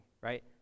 right